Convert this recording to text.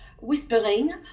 whispering